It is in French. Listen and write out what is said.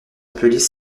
appelées